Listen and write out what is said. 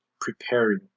preparing